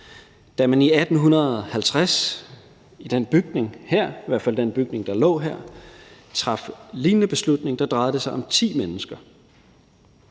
Da man i 1850 i den her bygning, i hvert fald i den bygning, der lå her, traf lignende beslutning, drejede det sig om ti mennesker.